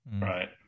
right